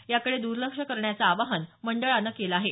याकडे दूर्लक्ष करण्याचं आवाहन मंडळानं केलं आहे